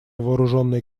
вооруженной